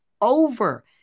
over